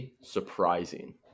surprising